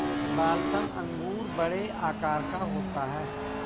Waltham अंगूर बड़े आकार का होता है